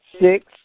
Six